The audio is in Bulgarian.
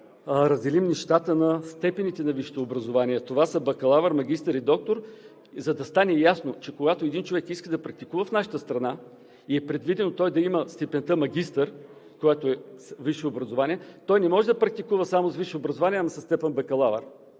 разделим нещата на степените на висшето образование – това са „бакалавър“, „магистър“ и „доктор“, за да стане ясно, че когато един човек иска да практикува в нашата страна и е предвидено той да има степента „магистър“, която е висше образование, той не може да практикува само с висше образование, но със степен „бакалавър“